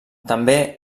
també